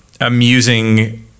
amusing